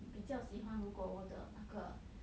比较喜欢如果我的那个